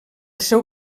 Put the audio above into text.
seu